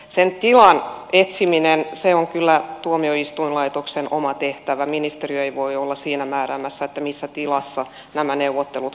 sen tilan etsiminen on kyllä tuomioistuinlaitoksen oma tehtävä ministeriö ei voi olla siinä määräämässä missä tilassa nämä neuvottelut käydään